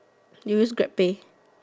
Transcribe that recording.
you use Grab pay